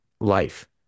life